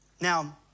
Now